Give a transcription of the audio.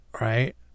right